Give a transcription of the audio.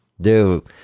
dude